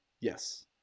yes